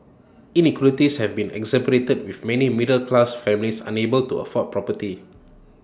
inequalities have been exacerbated with many middle class families unable to afford property